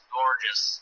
gorgeous